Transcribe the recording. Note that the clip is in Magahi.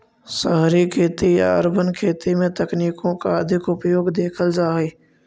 शहरी खेती या अर्बन खेती में तकनीकों का अधिक उपयोग देखल जा हई